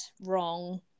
wrong